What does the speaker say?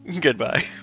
Goodbye